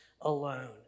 alone